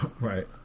Right